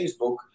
Facebook